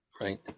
Right